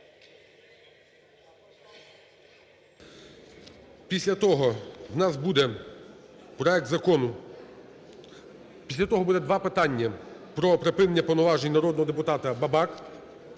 Після того у нас буде проект закону, після того буде два питання про припинення повноважень народного депутата Бабак